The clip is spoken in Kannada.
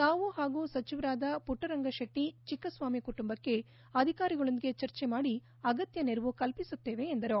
ತಾವು ಹಾಗೂ ಸಚಿವರಾದ ಪುಟ್ಟರಂಗ ಶೆಟ್ಟಿ ಚಿಕ್ಕಸ್ವಾಮಿ ಕುಟುಂಬಕ್ಕೆ ಅಧಿಕಾರಿಗಳೊಂದಿಗೆ ಚರ್ಚೆ ಮಾಡಿ ಅಗತ್ಯ ನೆರವು ಕಲ್ಪಿಸುತ್ತೇವೆ ಎಂದರು